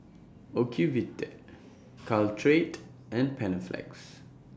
Ocuvite Caltrate and Panaflex